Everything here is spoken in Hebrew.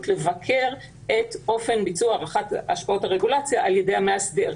לבקר את אופן ביצוע הערכת השפעות הרגולציה על-ידי המאסדר.